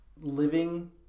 living